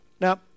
Now